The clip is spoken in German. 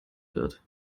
wird